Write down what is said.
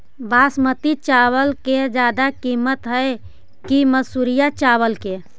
बासमती चावल के ज्यादा किमत है कि मनसुरिया चावल के?